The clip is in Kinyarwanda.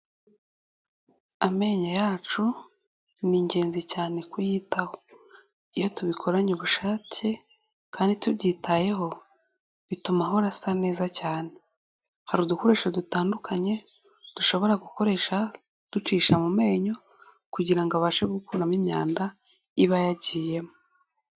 Amenyo yacu ni ingenzi cyane kuyitaho iyo tubikoranye ubushake kandi tubyitayeho bituma ahora asa neza cyane, hari udukoresho dutandukanye dushobora gukoresha ducisha mu menyo kugira ngo abashe gukuramo imyanda iba yagiyemo.